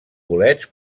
bolets